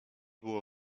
było